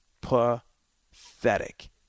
pathetic